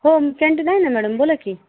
हो मग कँटीन आहे ना मॅडम बोला की